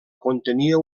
contenia